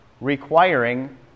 requiring